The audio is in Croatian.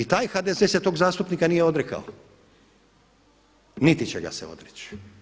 I taj HDZ se tog zastupnika nije odrekao niti će ga se odreći.